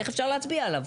איך אפשר להצביע עליו?